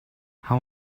how